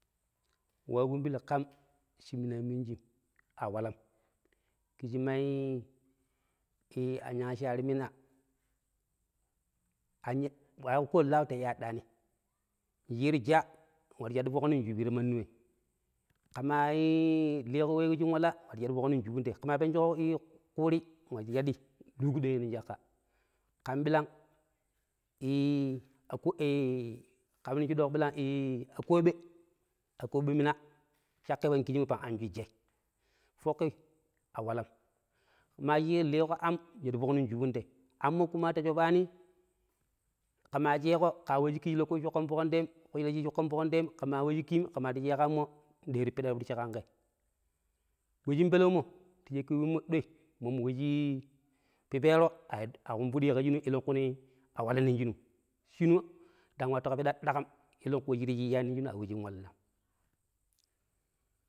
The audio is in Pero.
﻿Waaƙumbi ƙam shi minu minijim, a walam kiji mai an i nyangshaari mina ko laau ta iya aɗɗaani nciiro ja nwattu shaɗu foƙni nshubi ta manni we, ke maa liƙo weeƙo shin wala shaɗu foƙni nshubun ta yee, ƙemaa penjoƙo ƙuuri nwattu shaɗi nlukɗeyee nong caƙƙa. Kam bilang ii akooɓe, akooɓe mina, caƙƙai pang kijimoi pang an cu jai. Foƙƙi a walam, maa shi liiƙo aam, nshaɗu foƙni nshubun tei aam ƙuma ta shobaani ƙe maa sheeƙo ƙa wa shikki lokaci shi shoƙƙon foƙni teem, lokoci shi shokkon fokni teem kushira shi shokkon foƙni teem' ƙe ma wa shikkiim nɗeero piɗa ti fudi shi ƙan ƙe. We shin pelewuo ta shikki wemmo ɗoi, mommo we shii pipeero aƙumpiɗi ƙa shinu eleƙuni a wala nong shinum. Shinu ndang wattu ƙapiɗa daƙam eleƙu we shira aiyaani a we shin wallinam.